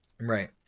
Right